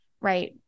right